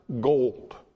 gold